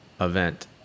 event